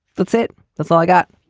that's it. that's all i got.